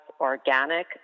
organic